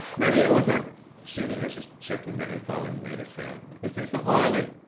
maybe he wasn't tuning. he was just checking that his violin made a sound. is this a violin?